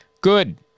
good